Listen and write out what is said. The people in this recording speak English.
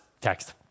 text